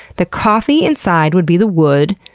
the coffee inside would be the wood,